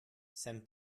sem